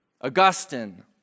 Augustine